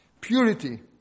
Purity